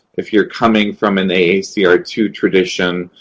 if you're coming from an a a c r two tradition,